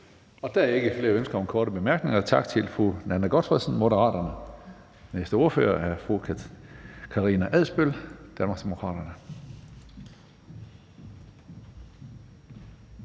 Der er ikke flere ønsker om korte bemærkninger. Tak til fru Nanna W. Gotfredsen, Moderaterne. Næste ordfører er fru Karina Adsbøl, Danmarksdemokraterne.